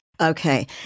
Okay